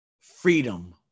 freedom